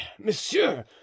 monsieur